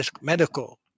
medical